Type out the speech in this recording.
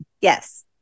yes